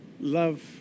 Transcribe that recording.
love